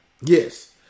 Yes